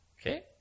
Okay